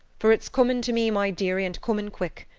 for it's comin' to me, my deary, and comin' quick.